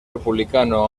republicano